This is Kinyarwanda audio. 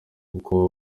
kuko